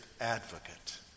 advocate